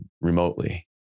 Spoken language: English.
remotely